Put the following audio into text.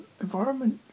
Environment